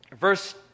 verse